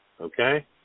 okay